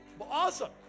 Awesome